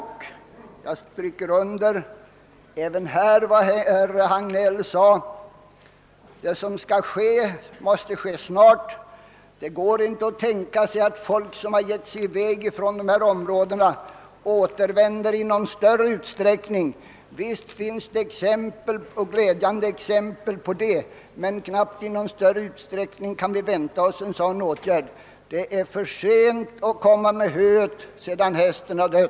Jag understryker vad herr Hagnell sade, nämligen att det som skall ske måste ske snart. Man kan inte tänka sig att människor som gett sig i väg från dessa områden återvänder i någon större utsträckning, även om det finns glädjande exempel av det slaget. Och det är för sent att komma med höet när hästen är död.